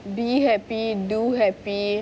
be happy do happy